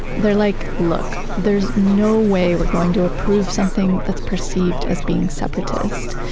they're like, look, there's no way we're going to approve something that's perceived as being separatist.